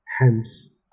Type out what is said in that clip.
hence